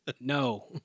no